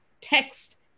text